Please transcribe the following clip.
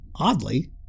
Oddly